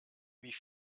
wie